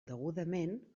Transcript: degudament